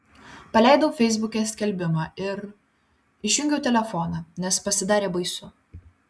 paleidau feisbuke skelbimą ir išjungiau telefoną nes pasidarė baisu